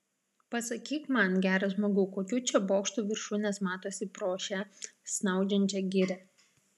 pasakyk man geras žmogau kokių čia bokštų viršūnės matosi pro šią snaudžiančią girią